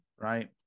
Right